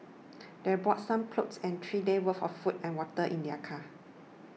they brought some clothes and three days' worth of food and water in their car